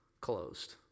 closed